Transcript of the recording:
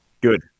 Good